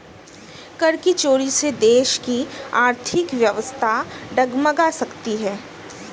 कर की चोरी से देश की आर्थिक व्यवस्था डगमगा सकती है